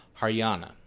Haryana